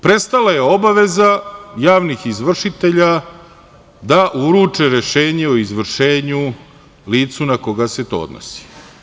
Prestala je obaveza javnih izvršitelja da uruče rešenje o izvršenju licu na koga se to odnosi.